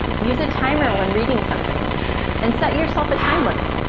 use a timer when reading something and set yourself a time limit.